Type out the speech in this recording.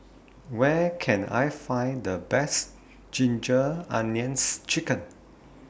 Where Can I Find The Best Ginger Onions Chicken